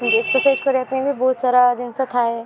exercise କରିବା ପାଇଁ ବି ବହୁତ୍ ସାରା ଜିନିଷ ଥାଏ